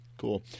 cool